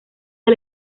del